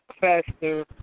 faster